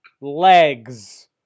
legs